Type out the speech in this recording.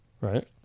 Right